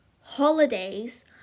holidays